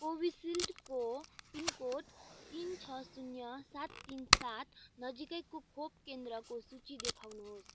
कोभिसिल्डको पिनकोड तिन छ शून्य सात तिन सात नजिकैको खोप केन्द्रको सूची देखाउनुहोस्